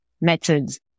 methods